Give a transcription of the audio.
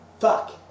fuck